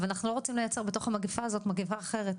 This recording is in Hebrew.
אבל אנחנו לא רוצים לייצר בתוך המגיפה הזאת מגיפה אחרת,